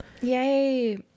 Yay